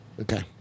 Okay